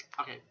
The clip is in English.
Okay